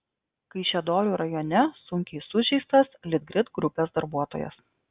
kaišiadorių rajone sunkiai sužeistas litgrid grupės darbuotojas